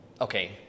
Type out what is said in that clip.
Okay